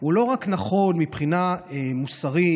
הוא לא רק נכון מבחינה מוסרית,